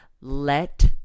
let